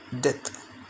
death